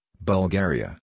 Bulgaria